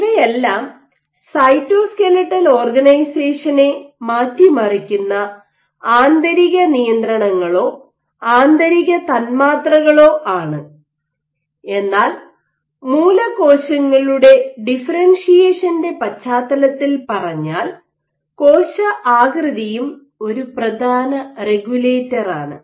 ഇവയെല്ലാം സൈറ്റോസ്കെലിറ്റൽ ഓർഗനൈസേഷനെ മാറ്റിമറിക്കുന്ന ആന്തരിക നിയന്ത്രണങ്ങളോ ആന്തരിക തന്മാത്രകളോ ആണ് എന്നാൽ മൂലകോശങ്ങളുടെ ഡിഫറൻഷിയേഷന്റെ പശ്ചാത്തലത്തിൽ പറഞ്ഞാൽ കോശആകൃതിയും ഒരു പ്രധാന റെഗുലേറ്ററാണ്